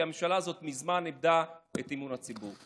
כי הממשלה הזאת מזמן איבדה את אמון הציבור.